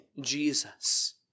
Jesus